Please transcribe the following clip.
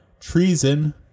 treason